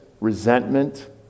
resentment